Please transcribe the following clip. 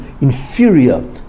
inferior